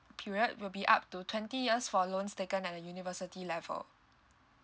period will be up to twenty years for loans taken at a university level